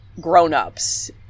grown-ups